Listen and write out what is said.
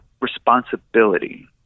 responsibility